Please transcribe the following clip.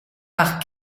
par